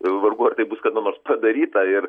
vargu ar tai bus kada nors padaryta ir